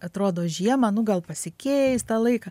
atrodo žiemą nu gal pasikeis tą laiką